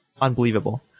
unbelievable